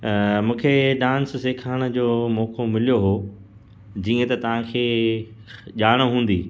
मूंखे डांस सेखारण जो मौक़ो मिलियो हो जीअं त तव्हांखे ॼाण हूंदी